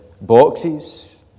boxes